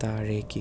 താഴേക്ക്